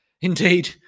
Indeed